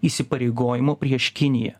įsipareigojimo prieš kiniją